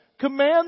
Command